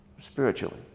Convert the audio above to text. spiritually